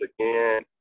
again